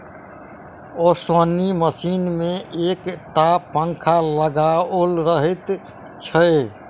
ओसौनी मशीन मे एक टा पंखा लगाओल रहैत छै